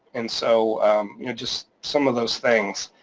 and so you know just some of those things,